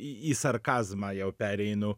į į sarkazmą jau pereinu